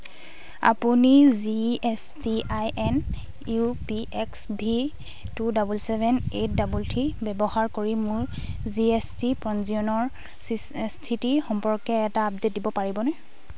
আপুনি G S T I N U P X V two double seven eight double three ব্যৱহাৰ কৰি মোৰ G S T পঞ্জীয়নৰ চি স্থিতি সম্পৰ্কে এটা আপডেট দিব পাৰিবনে